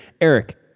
Eric